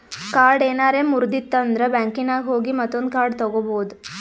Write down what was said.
card ಏನಾರೆ ಮುರ್ದಿತ್ತಂದ್ರ ಬ್ಯಾಂಕಿನಾಗ್ ಹೋಗಿ ಮತ್ತೊಂದು ಕಾರ್ಡ್ ತಗೋಬೋದ್